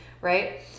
right